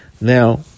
Now